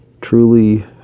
truly